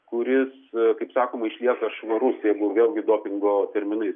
kuris kaip sakoma išlieka švarus jeigu vėlgi dopingo terminais